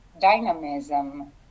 dynamism